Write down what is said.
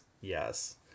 yes